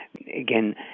again